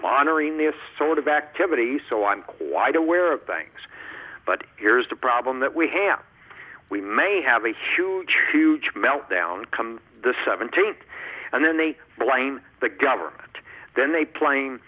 monitoring this sort of activity so i'm quite aware of things but here's the problem that we have we may have a huge huge melt down come the seventeenth and then they blame the government then they pla